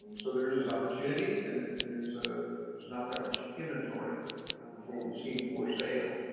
um so, there is is opportunity and then there's ah there's not that much inventory from what we've seen for sale.